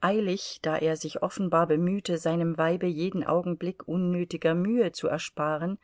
eilig da er sich offenbar bemühte seinem weibe jeden augenblick unnötiger mühe zu ersparen